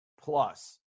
Plus